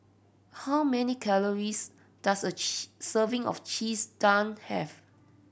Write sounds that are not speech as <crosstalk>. how many calories does a <unintelligible> serving of Cheese Naan have